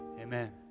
amen